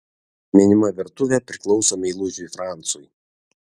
minima virtuvė priklauso meilužiui francui